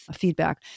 feedback